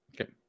Okay